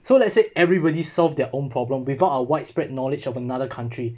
so let's say everybody solve their own problems without our widespread knowledge of another country